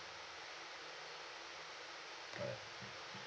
alright